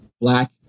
black